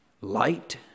light